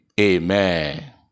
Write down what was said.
Amen